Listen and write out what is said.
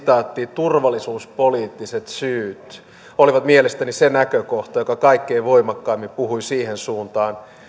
turvallisuuspoliittiset syyt olivat mielestäni se näkökohta joka kaikkein voimakkaimmin puhui siihen suuntaan